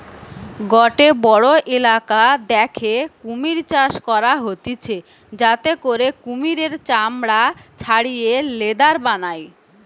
গটে বড়ো ইলাকা দ্যাখে কুমির চাষ করা হতিছে যাতে করে কুমিরের চামড়া ছাড়িয়ে লেদার বানায়